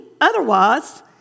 otherwise